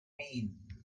mean